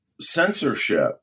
censorship